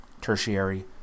Tertiary